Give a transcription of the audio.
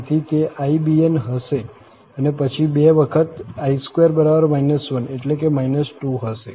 તેથી તે ibn હશે અને પછી 2 વખત i2 1 એટલે કે 2 હશે